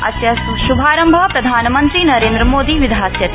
अस्य श्भारम्भ प्रधानमन्त्री नरेन्द्र मोदी विधास्यति